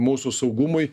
mūsų saugumui